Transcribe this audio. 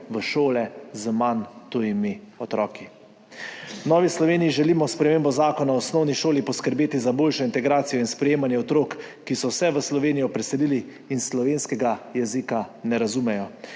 v šole z manj tujimi otroki. V Novi Sloveniji želimo s spremembo Zakona o osnovni šoli poskrbeti za boljšo integracijo in sprejemanje otrok, ki so se v Slovenijo preselili in slovenskega jezika ne razumejo.